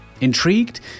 Intrigued